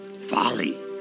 folly